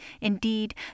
indeed